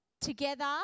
Together